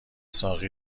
ساقی